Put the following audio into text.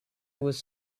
was